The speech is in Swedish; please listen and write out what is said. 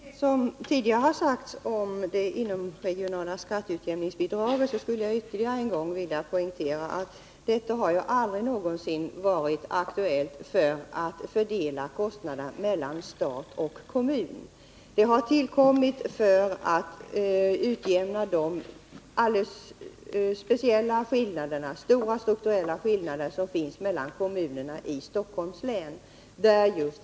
Herr talman! Till det som tidigare har sagts om det inomregionala skatteutjämningsbidraget skulle jag vilja foga att detta bidrag aldrig någonsin har varit aktuellt för att användas till att fördela kostnader mellan stat och kommun. Det har tillkommit för att utjämna de stora strukturella skillnader som finns mellan kommunerna i Stockholms län.